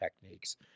techniques